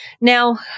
Now